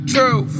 Truth